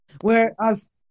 Whereas